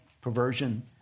perversion